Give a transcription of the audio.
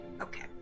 Okay